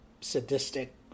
sadistic